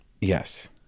Yes